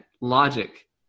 logic